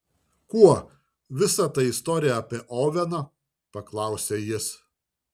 kuo visa ta istorija apie oveną paklausė jis